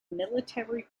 military